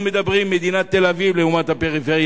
אנחנו מדברים על מדינת תל-אביב לעומת הפריפריה.